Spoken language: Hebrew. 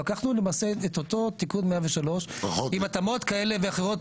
לקחנו את אותו תיקון 103 עם התאמות כאלה ואחרות,